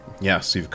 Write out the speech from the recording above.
Yes